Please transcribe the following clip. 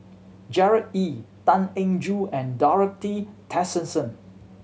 Gerard Ee Tan Eng Joo and Dorothy Tessensohn